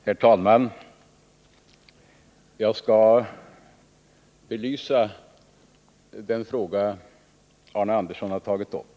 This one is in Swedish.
Herr talman! Jag skall belysa den fråga som Arne Andersson i Falun har tagit upp.